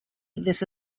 this